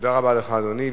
תודה רבה לך, אדוני.